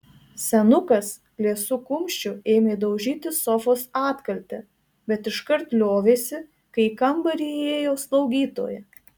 senukas liesu kumščiu ėmė daužyti sofos atkaltę bet iškart liovėsi kai į kambarį įėjo slaugytoja